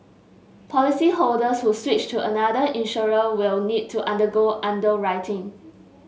policyholders who switch to another insurer will need to undergo underwriting